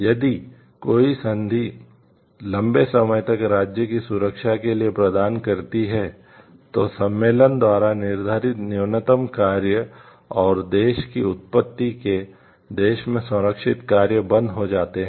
यदि कोई संधि लंबे समय तक राज्य की सुरक्षा के लिए प्रदान करती है तो सम्मेलन द्वारा निर्धारित न्यूनतम कार्य और देश की उत्पत्ति के देश में संरक्षित कार्य बंद हो जाता है